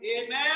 Amen